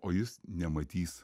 o jis nematys